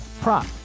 prop